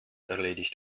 erledigt